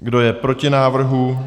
Kdo je proti návrhu?